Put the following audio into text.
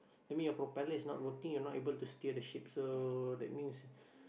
that mean your propeller is not working you're not able to steer the ship so that means